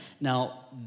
Now